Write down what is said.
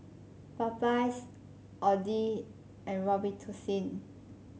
Popeyes Audi and Robitussin